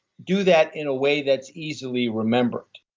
do that in a way that's easily remembered.